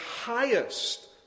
highest